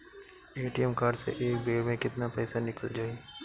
ATM card से एक बेर मे केतना पईसा निकल जाई?